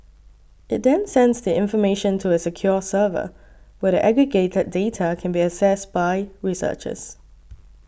it then sends the information to a secure server where the aggregated data can be accessed by researchers